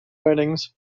bindings